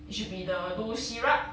it should be the dosirak